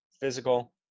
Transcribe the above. physical